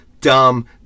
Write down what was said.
dumb